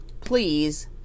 please